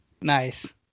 Nice